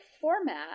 format